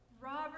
Robert